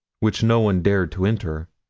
which no one dared to enter.